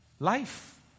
Life